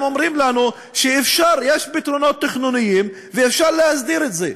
הם אומרים לנו שיש פתרונות תכנוניים ואפשר להסדיר את זה.